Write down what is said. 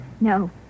No